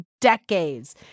decades